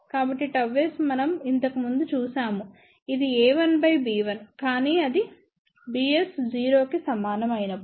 కాబట్టి ΓS మనం ఇంతకుముందు చూసాము ఇది a1 బై b1కానీ అది bs 0 కి సమానం అయినప్పుడు